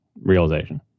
realization